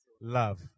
love